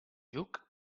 lluc